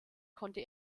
konnte